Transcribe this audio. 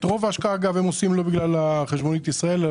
את רוב ההשקעה הם עושים לא בגלל החשבונית אלא